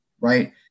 right